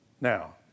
Now